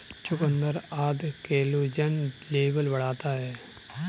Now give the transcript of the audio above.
चुकुन्दर आदि collagen level बढ़ाता है